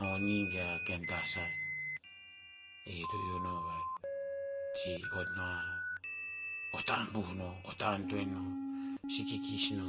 moni ge a ken tah sah. I to iu no a si ot no a, ot ta abuh no ot ta antoen no. Si kikis no.